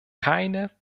keine